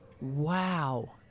Wow